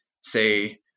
say